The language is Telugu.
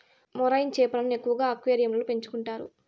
మెరైన్ చేపలను ఎక్కువగా అక్వేరియంలలో పెంచుకుంటారు